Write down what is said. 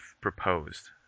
proposed